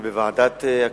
גם הצעה זו, של ועדת הכלכלה,